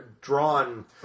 drawn